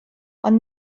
ond